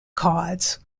cards